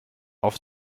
auf